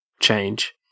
change